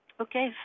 Okay